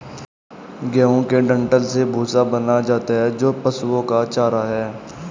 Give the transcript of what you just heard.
गेहूं के डंठल से भूसा बनाया जाता है जो पशुओं का चारा है